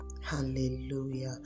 hallelujah